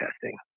testing